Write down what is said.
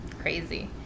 crazy